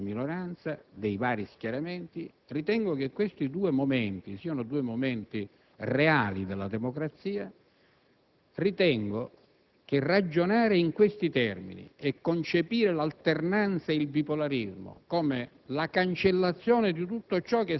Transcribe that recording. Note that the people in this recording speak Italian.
importante, approvato nella precedente legislatura. Questo è già un fatto gravissimo per la democrazia italiana e per il significato che assume il Parlamento nella democrazia italiana.